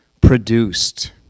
produced